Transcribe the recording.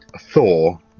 Thor